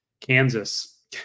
Kansas